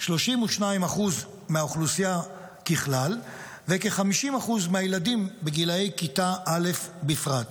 32% מהאוכלוסייה ככלל וכ-50% מהילדים בגילי כיתה א' בפרט,